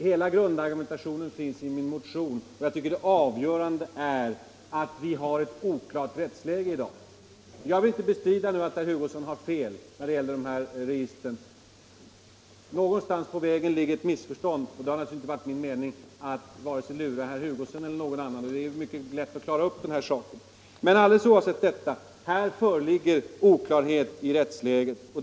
Hela grundargumentationen finns i min motion. Det avgörande är att vi i dag har ett oklart rättsläge. Jag vill inte påstå att herr Hugosson har fel när det gäller registren. Någonstans finns ett missförstånd. Det har naturligtvis inte varit min mening att lura vare sig herr Hugosson eller någon annan, och det är ju också mycket lätt att klara ut den här saken efteråt. Men oavsett detta föreligger alltså oklarhet i rättsläget.